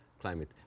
climate